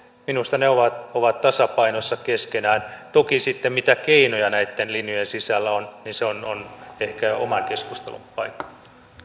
minusta ne ovat tasapainossa keskenään toki sitten se mitä keinoja näitten linjojen sisällä on on ehkä oman keskustelun paikka